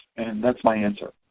and that's my answer.